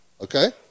Okay